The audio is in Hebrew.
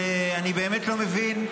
אני באמת לא מבין,